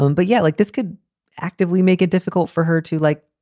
um but yet, like this could actively make it difficult for her to like.